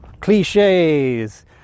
Cliches